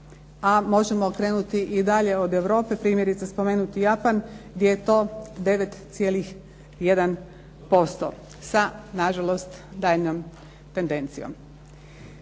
možemo krenuti i dalje od Europe, primjerice spomenuti Japan gdje je to 9,1% sa nažalost daljnjom tendencijom.